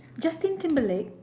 justin timberlake